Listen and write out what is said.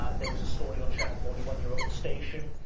ah there was a story on channel forty one, your own station,